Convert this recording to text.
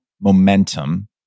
momentum